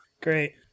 Great